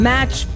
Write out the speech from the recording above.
Match